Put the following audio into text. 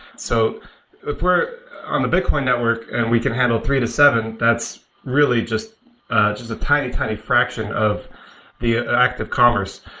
so if we're on the bitcoin network and we can handle three to seven, that's really just a tiny, tiny fraction of the active commerce.